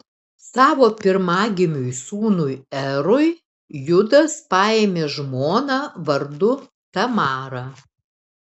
savo pirmagimiui sūnui erui judas paėmė žmoną vardu tamara